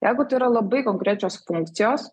jeigu tai yra labai konkrečios funkcijos